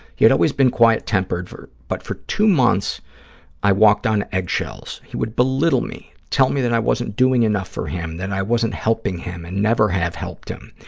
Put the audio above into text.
he has always been quiet-tempered, but for two months i walked on eggshells. he would belittle me, tell me that i wasn't doing enough for him, that i wasn't helping him and never have helped him.